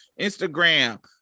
Instagram